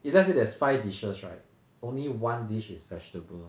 if let's say there's five dishes right only one dish is vegetable